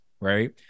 right